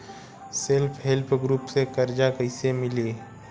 Self help group से कर्जा कईसे मिली?